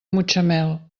mutxamel